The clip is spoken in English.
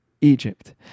Egypt